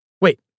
Wait